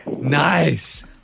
Nice